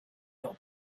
your